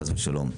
חס ושלום.